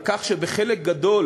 על כך שבחלק גדול